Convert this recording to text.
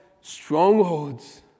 strongholds